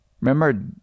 Remember